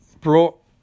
brought